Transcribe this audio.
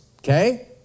Okay